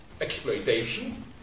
exploitation